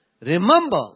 remember